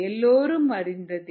எல்லோரும் அறிந்ததே